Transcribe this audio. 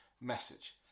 message